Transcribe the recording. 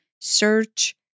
search